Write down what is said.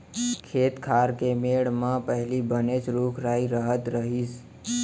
खेत खार के मेढ़ म पहिली बनेच रूख राई रहत रहिस